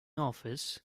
office